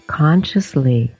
consciously